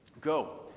Go